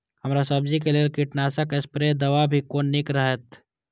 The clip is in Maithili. हरा सब्जी के लेल कीट नाशक स्प्रै दवा भी कोन नीक रहैत?